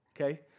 okay